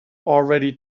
already